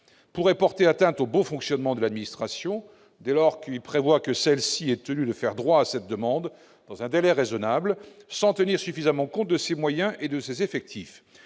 pourrait porter atteinte au bon fonctionnement de l'administration, dès lors qu'il prévoit que celle-ci est tenue de faire droit à cette demande dans un délai raisonnable, sans tenir suffisamment compte de ses moyens et effectifs.